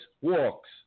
walks